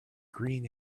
green